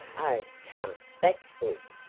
oh, come, that's good.